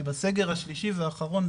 כי בסגר השלישי והאחרון,